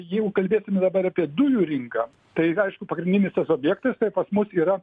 jeigu kalbėsim dabar apie dujų rinką tai aišku pagrindinis tas objektas pas mus yra